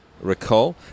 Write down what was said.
recall